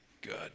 Good